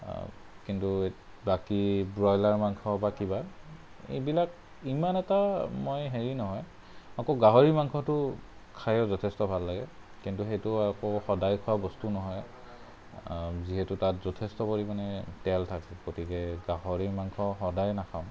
কিন্তু বাকী ব্ৰয়লাৰ মাংস বা কিবা এইবিলাক ইমান এটা মই হেৰি নহয় আকৌ গাহৰি মাংসটো খায়ো যথেষ্ট ভাল লাগে কিন্তু সেইটো আকৌ সদায় খোৱা বস্তু নহয় আৰু যিহেতু তাত যথেষ্ট পৰিমাণে তেল থাকে গতিকে গাহৰি মাংস সদায় নাখাওঁ